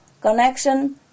connection